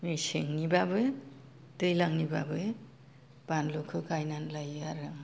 मेसेंनिबाबो दैलांनिबाबो बानलुखौ गाइनानै लायो आरो आं